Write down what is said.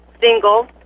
single